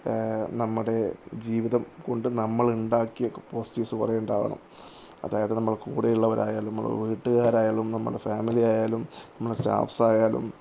നമ്മുടെ ജീവിതം കൊണ്ട് നമ്മൾ ഉണ്ടാക്കിയ പോസിറ്റീവ്സ് കുറെ ഉണ്ടാവണം അതായത് നമ്മളെ കൂടെ ഉള്ളവരായാലും നമ്മുടെ വീട്ടുകാരായാലും നമ്മളുടെ ഫാമിലി ആയാലും നമ്മളെ സ്റ്റാഫ്സായാലും